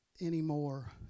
anymore